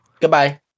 Goodbye